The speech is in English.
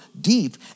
deep